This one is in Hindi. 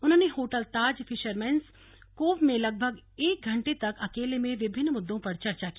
उन्होंने होटल ताज फिशरमैन्स कोव में लगभग एक घंटे तक अकेले में विभिन्न मुद्दों पर चर्चा की